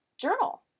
journal